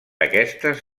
aquestes